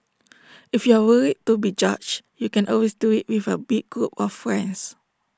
if you are worried to be judged you can always do IT with A big group of friends